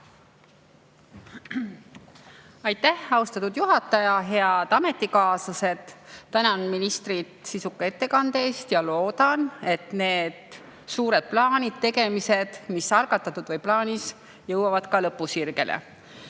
Aitäh, austatud juhataja! Head ametikaaslased! Tänan ministrit sisuka ettekande eest ja loodan, et need suured plaanid ja tegemised, mis on algatatud või plaanis, jõuavad ka lõpusirgele.